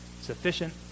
sufficient